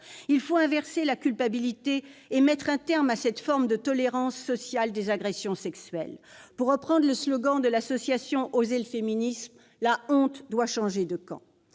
Il faut inverser la culpabilité et mettre un terme à cette forme de tolérance sociale des agressions sexuelles. Pour reprendre le slogan de l'association Osez le féminisme !,« la honte doit changer de camp